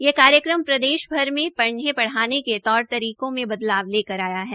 यह कार्यक्रम प्रदेश भर में पढऩे पढ़ाने के तौर तरीकों में बदलाव लेकर आया है